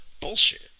bullshit